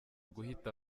guhita